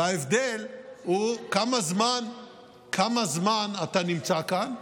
וההבדל הוא כמה זמן אתה נמצא כאן,